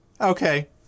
Okay